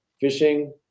fishing